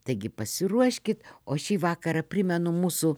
taigi pasiruoškit o šį vakarą primenu mūsų